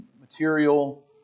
material